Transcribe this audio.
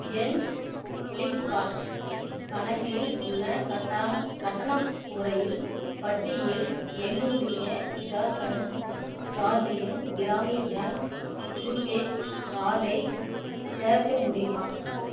என் Flipkart கணக்கில் உள்ள கட்டான கட்டணம் முறையில் பட்டியல் என்னுடைய ஜார்க்கண்ட் ராஜியம் கிராமிய பேங்க் ரூபே கார்டை சேர்க்க முடியுமா